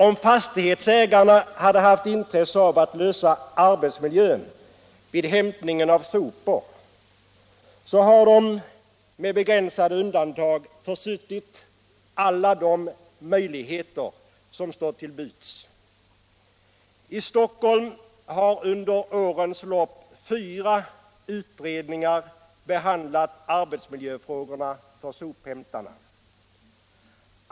Om fastighetsägarna hade haft intresse av att förbättra arbetsmiljön vid hämtningen av sopor så har de med begränsade undantag försuttit alla de många möjligheter som stått till buds. I Stockholm har under årens lopp fyra utredningar behandlat arbetsmiljöfrågorna för sophämtarna.